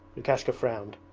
lukashka frowned.